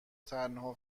تنها